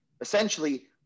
essentially